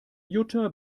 jutta